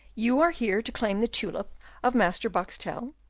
you are here to claim the tulip of master boxtel?